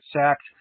sacked